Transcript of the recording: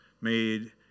made